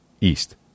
east